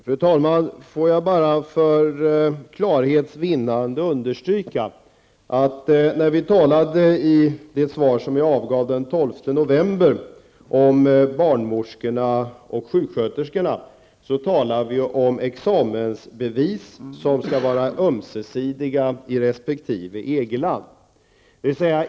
Fru talman! För klarhets vinnande vill jag bara understryka att jag i ett svar som avgavs den 12 november om barnmorskorna och sjuksköterskorna talade om examensbevis som skall vara ömsesidiga i resp. EG-land.